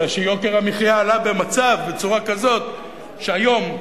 אלא שיוקר המחיה עלה בצורה כזאת שהיום,